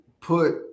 put